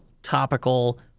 topical